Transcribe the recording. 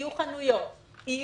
יהיו חנויות,